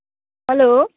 hello